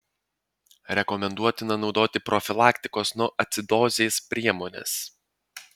rekomenduotina naudoti profilaktikos nuo acidozės priemones